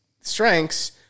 strengths